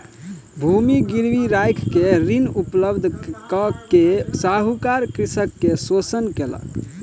भूमि गिरवी राइख के ऋण उपलब्ध कय के साहूकार कृषक के शोषण केलक